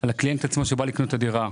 על הקליינט עצמו שבא לקנות את הדירה.